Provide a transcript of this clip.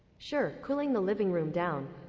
sure. cooling the living room down.